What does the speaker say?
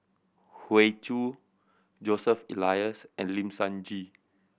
Hoey Choo Joseph Elias and Lim Sun Gee